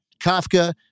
kafka